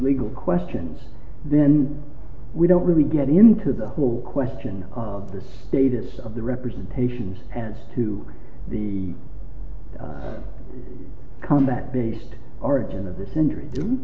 legal questions then we don't really get into the whole question of the status of the representations and to the comeback based origin of the century do